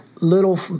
little